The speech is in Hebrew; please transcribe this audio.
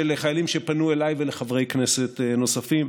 של חיילים שפנו אליי ואל חברי כנסת נוספים.